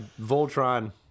Voltron